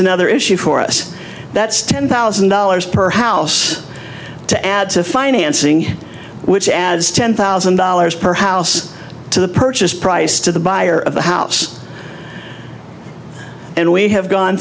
another issue for us that's ten thousand dollars per house to add to financing which adds ten thousand dollars per house to the purchase price to the buyer of the house and we have gone